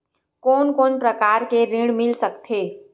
कोन कोन प्रकार के ऋण मिल सकथे?